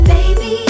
Baby